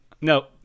No